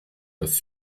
das